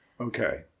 Okay